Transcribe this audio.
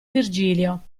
virgilio